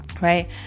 right